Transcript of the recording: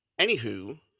anywho